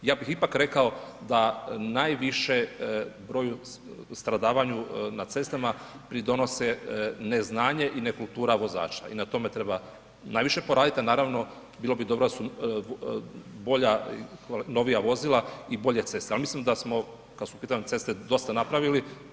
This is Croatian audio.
Ja bih ipak rekao da najviše broju stradavanju na cestama pridonose neznanje i nekultura vozača i na tome treba najviše poraditi, a naravno, bilo bi dobro da su bolja novija vozila i bolje ceste, ali mislim da smo, kad su u pitanju ceste, dosta napravili.